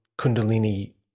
Kundalini